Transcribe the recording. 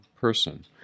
person